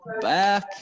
Back